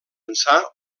ençà